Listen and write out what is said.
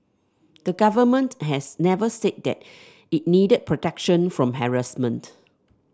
the Government has never said that it needed protection from harassment